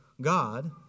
God